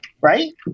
right